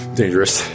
dangerous